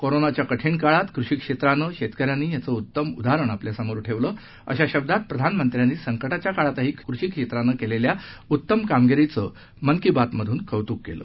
कोरोनाच्या कठीण काळात कृषिक्षेत्रानं शेतकऱ्यांनी याचं उत्तम उदाहरण आपल्यासमोर ठेवलं अशा शब्दात प्रधानमंत्र्यांनी संकटाच्या काळातही कृषी क्षेत्रानं केलेल्या उत्तम कामगिरीचं मन की बात मधून कौतुक केलं